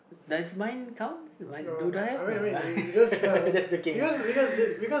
does mine count do I have or not just joking